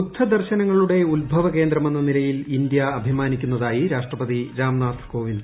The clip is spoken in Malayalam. ബുദ്ധ ദർശനങ്ങളുടെ ഉത്ഭവകേന്ദ്രമെന്ന നിലയിൽ ഇന്ത്യ അഭിമാനിക്കുന്നതായി രാഷ്ട്രപതി രാം നാഥ് കോവിന്ദ്